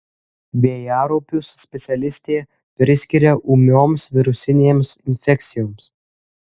vėjaraupius specialistė priskiria ūmioms virusinėms infekcijoms